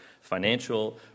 financial